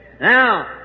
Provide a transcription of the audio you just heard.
Now